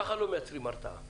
ככה לא מייצרים הרתעה.